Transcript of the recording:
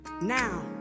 Now